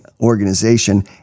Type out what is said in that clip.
organization